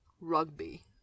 rugby